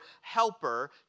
helper